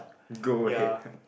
go ahead